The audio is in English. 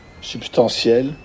substantiel